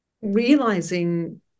realizing